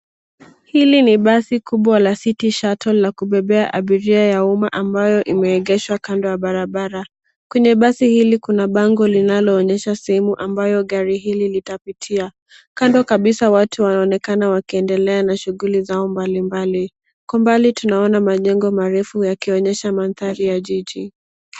Hili ni basi kubwa la Citi shuttle, la kubebea abiria ya umma ambayo imeegeshwa kando ya barabara. Kwenye basi hili kuna bango linaloonyesha sehemu ambayo gari hili litapitia. Kando kabisa watu wanaonekana wakiendelea na shughuli zao mbalimbali. Kwa umbali tunaona majengo marefu yakionyesha mandhari ya jiji.